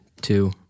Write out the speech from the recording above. two